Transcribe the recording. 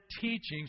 teachings